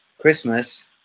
Christmas